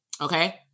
Okay